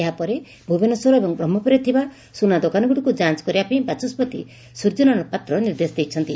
ଏହା ପରେ ଭୁବନେଶ୍ୱର ଏବଂ ବ୍ରହ୍କପୁରରେ ଥିବା ସୁନାଦୋକାନଗୁଡ଼ିକୁ ଯାଞ କରିବା ପାଇଁ ବାଚସ୍ୱତି ସ୍ୱର୍ଯ୍ୟନାରାୟଣ ପାତ୍ର ନିର୍ଦ୍ଦେଶ ଦେଇଛନ୍ତି